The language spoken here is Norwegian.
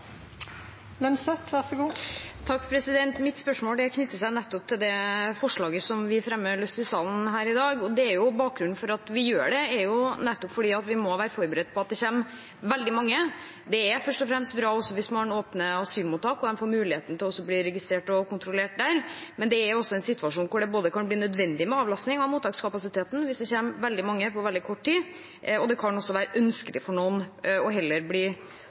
forslaget som vi fremmer i salen i dag. Bakgrunnen for at vi gjør det, er nettopp at vi må være forberedt på at det kommer veldig mange. Det er først og fremst bra – også hvis man åpner asylmottak og de får muligheten til å bli registrert og kontrollert der. Men det er også en situasjon hvor det kan bli nødvendig med avlastning av mottakskapasiteten hvis det kommer veldig mange på veldig kort tid, og det kan også være ønskelig for noen kanskje heller å bli